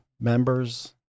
members